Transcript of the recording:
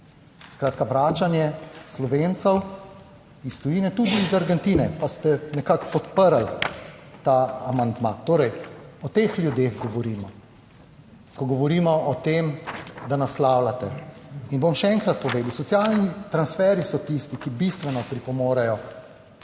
vračanje Slovencev iz tujine, tudi iz Argentine, pa ste nekako podprli ta amandma. Torej o teh ljudeh govorimo, ko govorimo o tem, da naslavljate. Bom še enkrat povedal, socialni transferji so tisti, ki bistveno pripomorejo